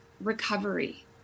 recovery